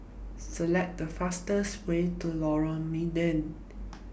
Select The fastest Way to Lorong Mydin